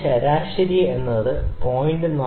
എനിക്ക് ശരാശരി എടുത്ത് 0